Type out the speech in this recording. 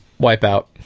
Wipeout